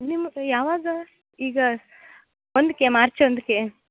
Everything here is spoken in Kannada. ನಿಮ್ಮ ಯಾವಾಗ ಈಗ ಒಂದಕ್ಕೆ ಮಾರ್ಚ್ ಒಂದಕ್ಕೆ